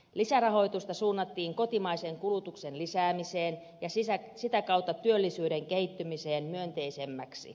lisärahoitusta suunnattiin kotimaisen kulutuksen lisäämiseen ja sitä kautta työllisyyden kehittymiseen myönteisemmäksi